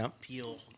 Peel